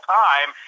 time